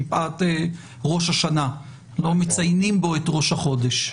מפאת ראש השנה לא מציינים בו את ראש החודש.